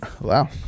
wow